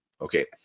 okay